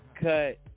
cut